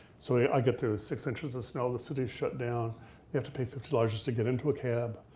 so i get there, there's six inches of snow, the city is shut down, you have to pay fifty dollars just to get into a cab,